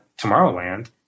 Tomorrowland